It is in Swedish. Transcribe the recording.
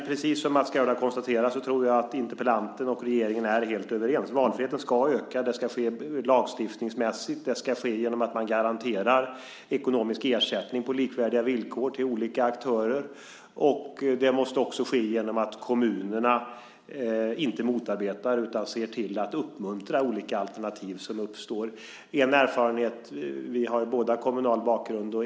Precis som Mats Gerdau konstaterar är nog interpellanten och regeringen helt överens. Valfriheten ska öka. Det ska ske lagstiftningsmässigt. Det ska ske genom att man garanterar ekonomisk ersättning på likvärdiga villkor till olika aktörer. Det måste också ske genom att kommunerna inte motarbetar utan ser till att uppmuntra olika alternativ som uppstår. Vi har båda kommunal bakgrund.